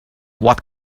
what